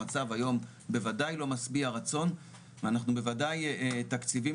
המצב היום בוודאי לא משביע רצון ובוודאי תקציבים